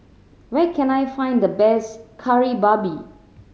where can I find the best Kari Babi